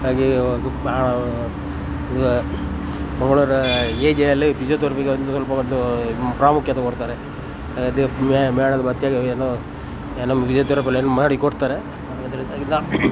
ಹಾಗೆ ಮಂಗಳೂರು ಎಜೆಯಲ್ಲಿ ಫಿಝಿಯೋತೆರಪಿಗೆ ಒಂದು ಸ್ವಲ್ಪ ಒಂದು ಪ್ರಾಮುಖ್ಯತೆ ಕೊಡ್ತಾರೆ ಅದೇ ಮೇಣದ ಬತ್ತಿಯಲ್ಲಿ ಏನು ನಮಗೆ ಫಿಸಿಯೋಥೆರಫಿಯಲ್ಲಿ ಏನು ಮಾಡಿ ಕೊಡ್ತಾರೆ